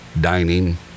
dining